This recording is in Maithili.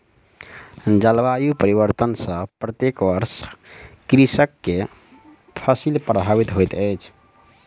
जलवायु परिवर्तन सॅ प्रत्येक वर्ष कृषक के फसिल प्रभावित होइत अछि